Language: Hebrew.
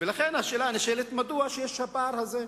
השאלה הנשאלת, מדוע יש הפער הזה.